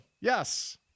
Yes